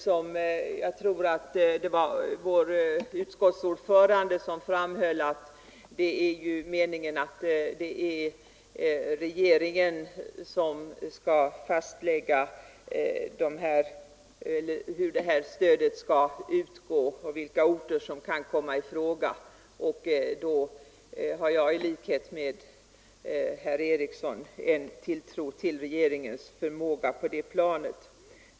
Som utskottets ordförande framhöll är det meningen att regeringen skall fastlägga vilka orter som kan komma i fråga. I likhet med herr Eriksson i Arvika hyser jag tilltro till regeringens förmåga i detta avseende.